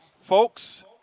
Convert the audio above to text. Folks